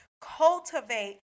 Cultivate